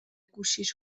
گوشیش